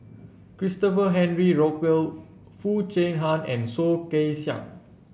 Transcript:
Christopher Henry Rothwell Foo Chee Han and Soh Kay Siang